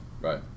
right